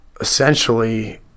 essentially